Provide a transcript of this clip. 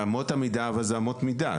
אמות המידה אבל זה אמות מידה.